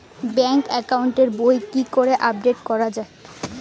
Bank account এর বই কেমন করি আপডেট করা য়ায়?